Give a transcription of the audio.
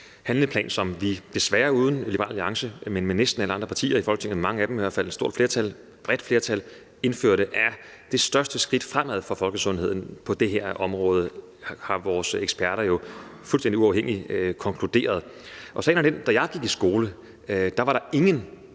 handleplan, som vi desværre uden Liberal Alliance, men med næsten alle andre partier i Folketinget – mange af dem i hvert fald, et bredt flertal – indførte, er det største skridt fremad for folkesundheden på det her område. Det har vores eksperter jo fuldstændig uafhængigt konkluderet. Og sagen er den, at da jeg gik i skole, var der ingen